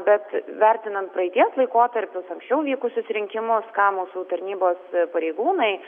bet vertinant praeities laikotarpius anksčiau vykusius rinkimus ką mūsų tarnybos pareigūnai